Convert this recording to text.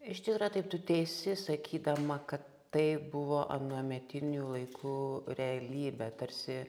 iš tikro tai tu teisi sakydama kad tai buvo anuometinių laikų realybė tarsi